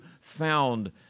found